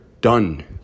done